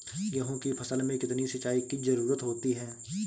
गेहूँ की फसल में कितनी सिंचाई की जरूरत होती है?